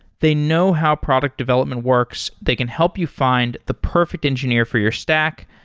they know how product development works. they can help you find the perfect engineer for your stack,